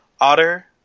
Otter